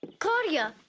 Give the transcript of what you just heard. claudia,